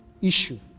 issue